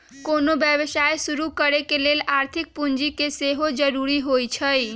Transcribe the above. कोनो व्यवसाय शुरू करे लेल आर्थिक पूजी के सेहो जरूरी होइ छै